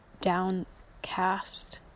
downcast